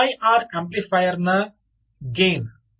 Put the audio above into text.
P I R ಆಂಪ್ಲಿಫೈಯರ್ನ gain